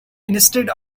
instead